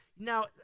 Now